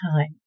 time